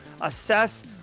assess